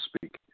speak